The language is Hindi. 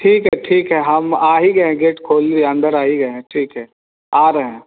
ठीक है ठीक है हम आ ही गए हैं गेट खोल लिया है अंदर आई ही गए हैं ठीक है आ रहे हैं